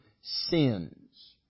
sins